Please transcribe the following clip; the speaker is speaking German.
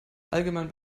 allgemein